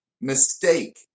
mistake